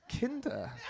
Kinder